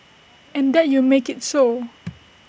and that you make IT so